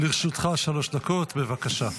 לרשותך שלוש דקות, בבקשה.